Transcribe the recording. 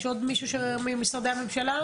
יש עוד מישהו ממשרדי הממשלה.